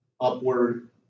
upward